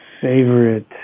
Favorite